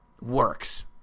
works